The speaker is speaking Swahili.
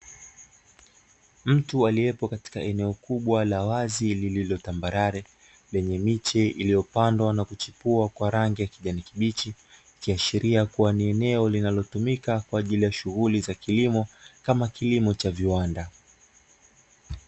Mtu aliyepo katika eneo kubwa la wazi lililo tambarare, lenye miche iliyopandwa na kuchipua kwa rangi ya kijani kibichi, ikiashiria kuwa ni eneo linalotumika kwa ajili ya shughuli za kilimo, kama kilimo cha viwanda.